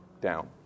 down